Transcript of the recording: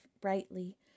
brightly